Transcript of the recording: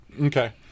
Okay